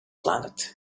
planet